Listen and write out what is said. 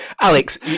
Alex